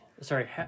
Sorry